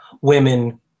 women